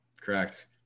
Correct